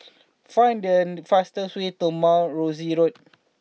find the fastest way to Mount Rosie Road